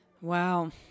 Wow